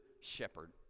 shepherd